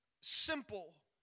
simple